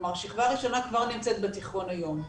כלומר שכבה ראשונה כבר נמצאת בתיכון היום.